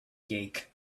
geek